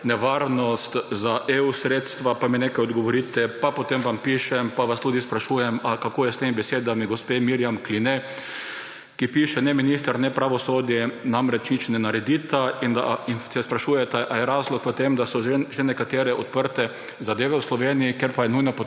nevarnost za sredstva EU, pa mi nekaj odgovorite. Pa vam potem pišem pa vas tudi sprašujem, kako je z besedami gospe Mirjam Kline, ki piše, da ne minister ne pravosodje namreč nič ne naredita, in se sprašuje, ali je razlog v tem, da so še nekatere odprte zadeve v Sloveniji, kjer pa je nujo potrebna